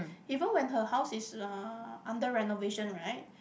even when her house is uh under renovation right